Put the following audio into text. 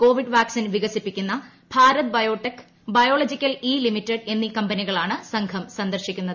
Covid vaccine വികസിപ്പിക്കുന്ന Bharat biotech biological E limited എന്നീ കമ്പനികളാണ് സംഘം സന്ദർശിക്കുന്നത്